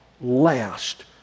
last